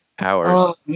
hours